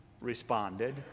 responded